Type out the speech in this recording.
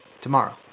tomorrow